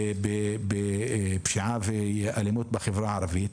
בפשיעה ואלימות בחברה הערבית,